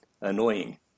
annoying